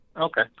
okay